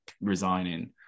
resigning